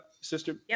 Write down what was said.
Sister